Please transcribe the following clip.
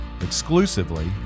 exclusively